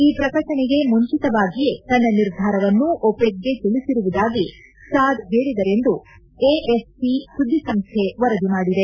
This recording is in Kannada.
ಈ ಪ್ರಕಟಣೆಗೆ ಮುಂಚಿತವಾಗಿಯೇ ತನ್ನ ನಿರ್ಧಾರವನ್ನು ಓಪೆಕ್ಗೆ ತಿಳಿಸಿರುವುದಾಗಿ ಸಾದ್ ಹೇಳಿದರೆಂದು ಎಎಫ್ಪಿ ಸುದ್ದಿಸಂಸ್ಥೆ ವರದಿ ಮಾಡಿದೆ